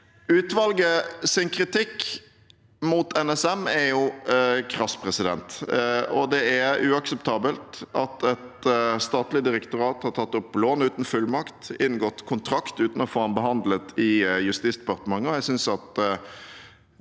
Utvalgets kritikk mot NSM er krass. Det er uakseptabelt at et statlig direktorat har tatt opp lån uten fullmakt, inngått kontrakt uten å få den behandlet i Justisdepartementet,